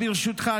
ברשותך,